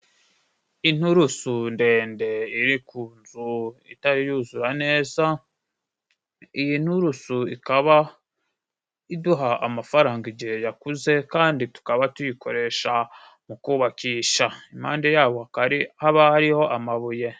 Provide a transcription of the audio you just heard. Inturusu ndende iri ku nzu itari yuzura neza iyi nturusu ikaba iduha amafaranga igihe yakuze kandi tukaba tuyikoresha mu kubakisha impande yabo haba hariho amabuye.